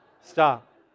Stop